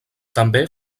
també